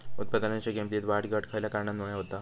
उत्पादनाच्या किमतीत वाढ घट खयल्या कारणामुळे होता?